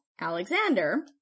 Alexander